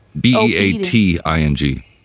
B-E-A-T-I-N-G